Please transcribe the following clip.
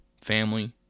family